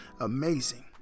amazing